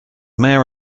mayor